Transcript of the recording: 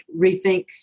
rethink